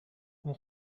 اون